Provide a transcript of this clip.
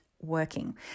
working